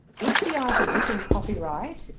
if the item is in copyright,